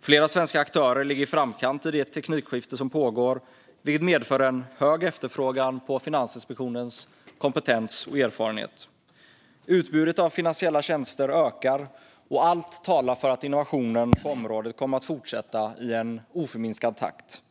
Flera svenska aktörer ligger i framkant i det teknikskifte som pågår, vilket medför en hög efterfrågan på Finansinspektionens kompetens och erfarenhet. Utbudet av finansiella tjänster ökar, och allt talar för att innovationen på området kommer att fortsätta i en oförminskad takt.